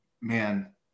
man